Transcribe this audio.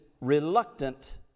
reluctant